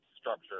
structure